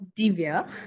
Divya